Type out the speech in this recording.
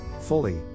fully